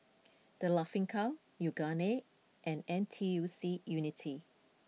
The Laughing Cow Yoogane and N T U C Unity